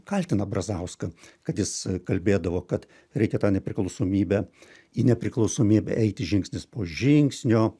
kaltina brazauską kad jis kalbėdavo kad reikia tą nepriklausomybę į nepriklausomybę eiti žingsnis po žingsnio